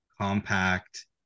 compact